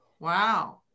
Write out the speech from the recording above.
Wow